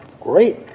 great